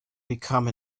become